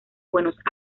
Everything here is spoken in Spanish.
buenos